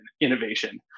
innovation